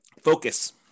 Focus